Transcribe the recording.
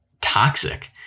toxic